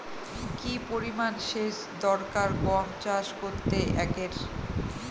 কি পরিমান সেচ দরকার গম চাষ করতে একরে?